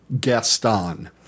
Gaston